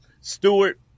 Stewart